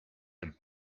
and